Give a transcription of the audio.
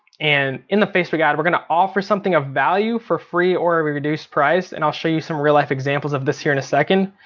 and in the facebook ad we're gonna offer something of value for free or a reduced price. and i'll show you some real life examples of this here in a second.